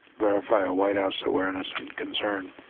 verify a white house awareness and concern.